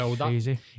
crazy